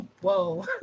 Whoa